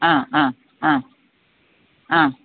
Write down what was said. ആ ആ ആ ആ